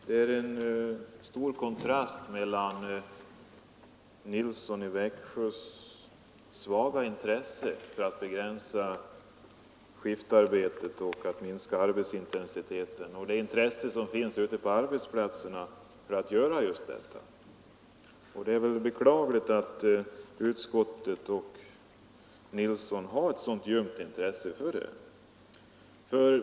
Herr talman! Det är stor kontrast mellan herr Nilssons i Växjö svaga intresse för att begränsa skiftarbetet och att minska arbetsintensiteten och det intresse som finns ute på arbetsplatserna för att göra just detta. Det är beklagligt att utskottet och herr Nilsson har ett sådant ljumt intresse för denna fråga.